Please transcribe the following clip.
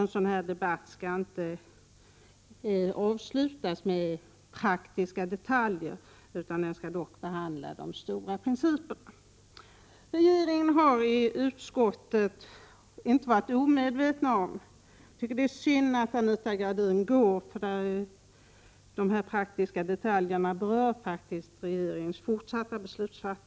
En sådan här debatt skall inte avslutas med praktiska detaljer, utan den skall avslutas med de stora principfrågorna. Jag tycker det är synd att Anita Gradin lämnar kammaren, för de här praktiska detaljerna berör faktiskt regeringens fortsatta beslutsfattande.